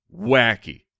wacky